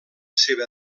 seva